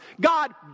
God